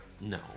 no